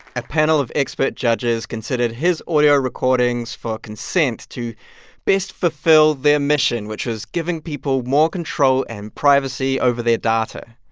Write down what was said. a panel of expert judges considered his audio recordings for consent to best fulfill their mission, which was giving people more control and privacy over their data.